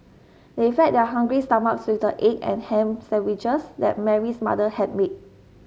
they fed their hungry stomachs with the egg and ham sandwiches that Mary's mother had made